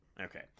Okay